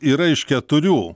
yra iš keturių